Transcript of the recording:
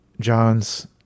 John's